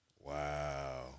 wow